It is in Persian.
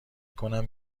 کنم